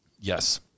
Yes